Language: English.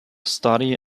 study